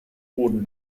boden